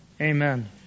Amen